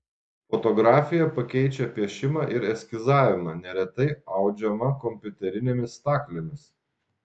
fotografija pakeičia piešimą ir eskizavimą neretai audžiama kompiuterinėmis staklėmis